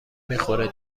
میخوره